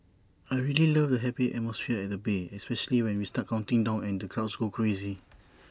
I really love the happy atmosphere at the bay especially when we start counting down and the crowds go crazy